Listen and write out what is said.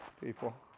people